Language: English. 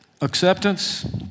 Acceptance